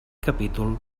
capítol